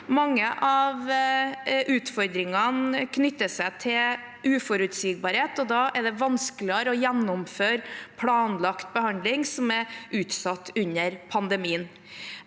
Mange av utfordringene knytter seg til uforutsigbarhet, og da er det vanskeligere å gjennomføre planlagt behandling som er utsatt under pandemien.